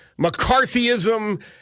McCarthyism